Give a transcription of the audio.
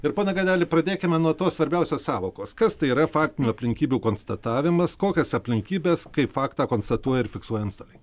ir pone gaideli pradėkime nuo tos svarbiausios sąvokos kas tai yra faktinių aplinkybių konstatavimas kokias aplinkybes kaip faktą konstatuoja ir fiksuoja antstoliai